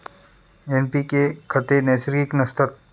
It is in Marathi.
एन.पी.के खते नैसर्गिक नसतात